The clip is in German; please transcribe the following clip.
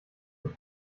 und